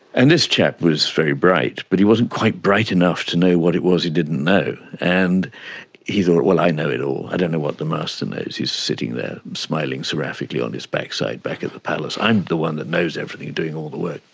and this chap was very bright but he wasn't quite bright enough to know what it was he didn't know. and he thought, well, i know it all, i don't know what the master knows, he's sitting there smiling seraphically on his backside back at the palace, i'm the one that knows everything, doing all the work.